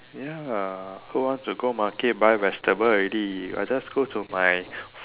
ya who want to go market buy vegetable already I just go to my